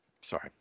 Sorry